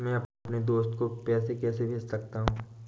मैं अपने दोस्त को पैसे कैसे भेज सकता हूँ?